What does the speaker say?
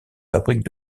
fabriques